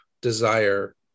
desire